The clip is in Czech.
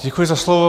Děkuji za slovo.